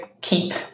keep